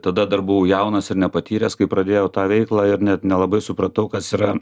tada dar buvau jaunas ir nepatyręs kai pradėjau tą veiklą ir net nelabai supratau kas yra